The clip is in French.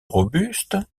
robuste